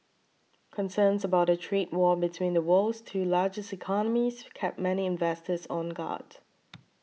concerns about a trade war between the world's two largest economies kept many investors on guard